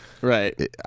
Right